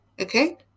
okay